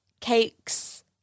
cakes